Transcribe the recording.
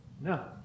No